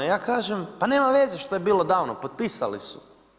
Ja kažem, pa nema veze što je bilo davno, potpisali su.